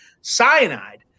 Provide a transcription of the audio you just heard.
cyanide